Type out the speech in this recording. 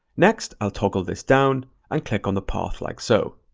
next, i'll toggle this down and click on the path like so.